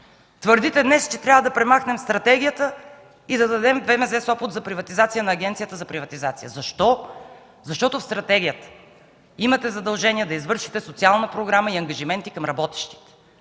Твърдите днес, че трябва да премахнем стратегията и да дадем ВМЗ – Сопот за приватизация на Агенцията за приватизация. Защо?! Защото в стратегията имате задължение да извършите социална програма и ангажименти към работещите.